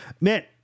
Man